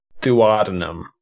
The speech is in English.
Duodenum